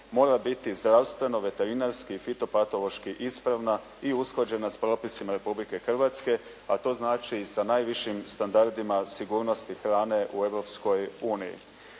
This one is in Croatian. mora biti zdravstveno, veterinarski i fitopatološki ispravna i usklađena s propisima Republike Hrvatske a to znači i sa najvišim standardima sigurnosti hrane u